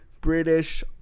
British